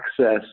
access